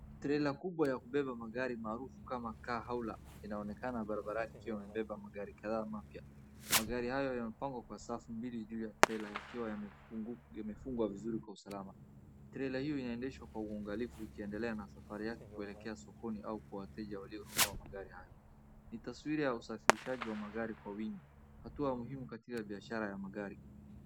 Trela kubwa ya kubeba magari maarufu kama kaa, inaonekana barabarani ikiwa imebeba magari kadhaa mapya. Magarim hayo yamepangwa kwa safu mbili juu ya trela yakiwa yamefungwa vizuri kwa usalama. Trela hiyo inaendeshwa kwa uangalifu ikiendelea na safaria yake kuelekea sokoni au kwa wateja walionunua magari hayo. Ni taswira ya usafirishaji wa magari kwa wingi, hatua muhimu katika biashara ya magari.